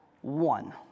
one